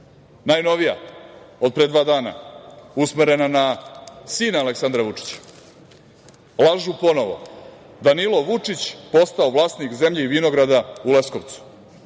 Najnovija, od pre dva dana, usmerena na sina Aleksandra Vučića. Lažu ponovo – Danilo Vučić postao vlasnik zemlje i vinograda u Leskovcu.